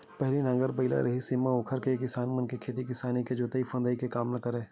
पहिली नांगर बइला रिहिस हेवय त ओखरे ले किसान मन ह खेती किसानी के जोंतई फंदई के काम ल करय